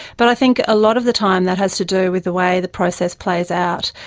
but i think a lot of the time that has to do with the way the process plays out.